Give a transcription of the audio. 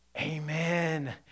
Amen